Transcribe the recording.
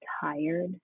tired